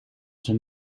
zijn